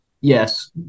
Yes